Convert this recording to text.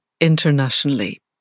internationally